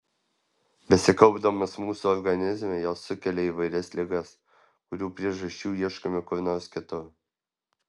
besikaupdamos mūsų organizme jos sukelia įvairias ligas kurių priežasčių ieškome kur nors kitur